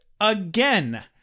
again